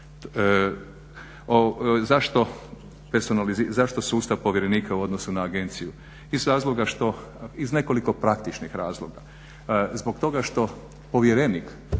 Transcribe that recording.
Zašto sustav povjerenika u odnos na agenciju? Iz razloga što, iz nekoliko praktičnih razloga. Zbog toga što povjerenik